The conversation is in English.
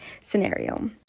scenario